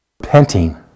Repenting